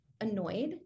annoyed